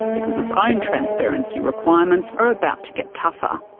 because its own transparency requirements are about to get tougher.